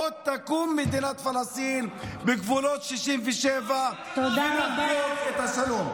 עוד תקום מדינת פלסטין בגבולות 67' ונביא את השלום.